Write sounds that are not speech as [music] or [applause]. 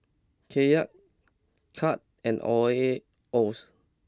Kyat Cut and [unintelligible]